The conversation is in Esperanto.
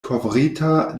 kovrita